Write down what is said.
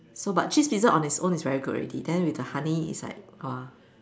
so but cheese Pizza on it's own is very good already then with the honey it's like !wah!